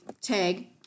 tag